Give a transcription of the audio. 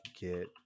get